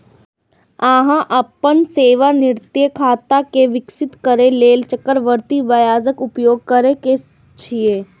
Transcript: अहां अपन सेवानिवृत्ति खाता कें विकसित करै लेल चक्रवृद्धि ब्याजक उपयोग कैर सकै छी